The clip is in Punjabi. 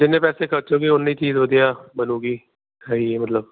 ਜਿੰਨੇ ਪੈਸੇ ਖਰਚ ਹੋ ਗਏ ਉਨੀ ਚੀਜ਼ ਉਹਦੇ ਆ ਬਣੂਗੀ ਹੈ